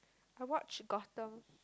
I watch Gotham